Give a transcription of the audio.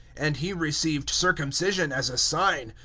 and he received circumcision as a sign,